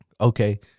Okay